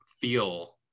feel